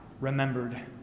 remembered